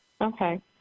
Okay